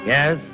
Yes